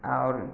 आओर